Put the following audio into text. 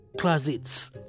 closets